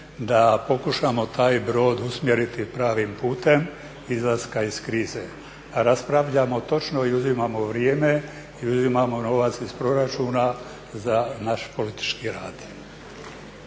da pokušamo taj brod usmjeriti pravim putem izlaska iz krize. Raspravljamo točno i uzimamo vrijeme, i uzimamo novac iz proračuna za naš politički rad.